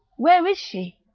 where is she.